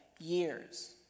years